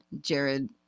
jared